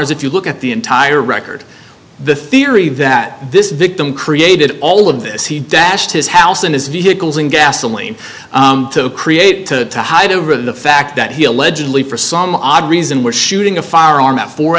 rs if you look at the entire record the theory that this victim created all of this he dashed his house in his vehicles and gasoline to create to hide over the fact that he allegedly for some odd reason was shooting a firearm at four